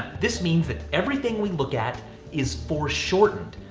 this means that everything we look at is foreshortened,